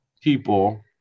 people